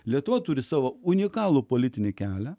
lietuva turi savo unikalų politinį kelią